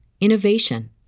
innovation